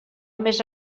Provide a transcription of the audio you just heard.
més